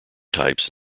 types